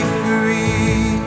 free